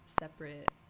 separate